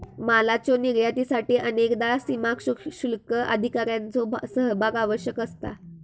मालाच्यो निर्यातीसाठी अनेकदा सीमाशुल्क अधिकाऱ्यांचो सहभाग आवश्यक असता